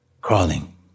crawling